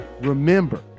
Remember